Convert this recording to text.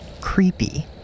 creepy